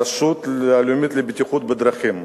הרשות הלאומית לבטיחות בדרכים.